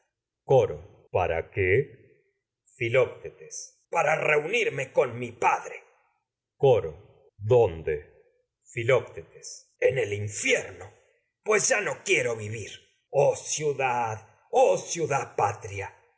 coro para qué filoctetes coro para reunirme con mi padre dónde el filoctetes en vivir infierno pues ya no quiero oh ciudad oh ciudad patria